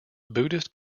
buddhist